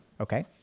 Okay